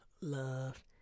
love